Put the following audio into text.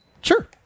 Sure